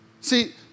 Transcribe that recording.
See